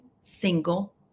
single